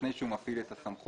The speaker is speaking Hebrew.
לפני שהוא מפעיל את הסמכות,